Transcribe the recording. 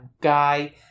guy